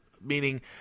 meaning